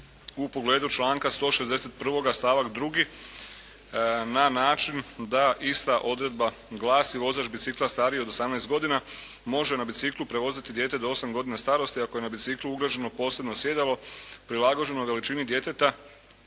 u pogledu članka 161. stavak 2. na način da ista odredba glasi: "Vozač bicikla stariji od 18 godina može na biciklu prevoziti dijete do 8 godina starosti ako je na biciklu ugrađeno posebno sjedalo prilagođeno veličini djeteta